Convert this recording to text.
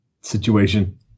situation